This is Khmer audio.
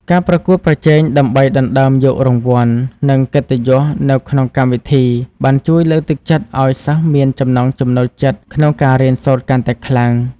ការប្រកួតប្រជែងដើម្បីដណ្ដើមយករង្វាន់ និងកិត្តិយសនៅក្នុងកម្មវិធី បានជួយលើកទឹកចិត្តឲ្យសិស្សមានចំណង់ចំណូលចិត្តក្នុងការរៀនសូត្រកាន់តែខ្លាំង។